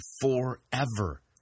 forever